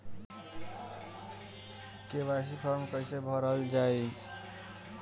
KYC form कइसे भरल जाइ?